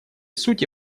сути